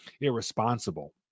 irresponsible